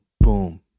boom